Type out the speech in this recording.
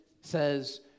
says